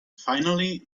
finally